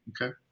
Okay